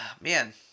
Man